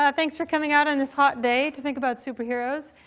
ah thanks for coming out on this hot day to think about superheroes.